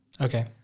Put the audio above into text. Okay